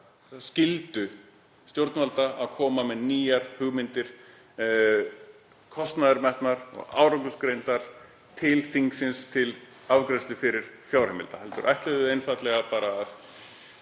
skyldu stjórnvalda að koma með nýjar hugmyndir kostnaðarmetnar og árangursgreindar til þingsins til afgreiðslu fjárheimilda. Það átti einfaldlega að